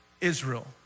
Israel